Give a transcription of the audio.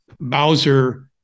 Bowser